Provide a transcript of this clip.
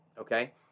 okay